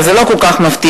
אבל זה לא כל כך מפתיע,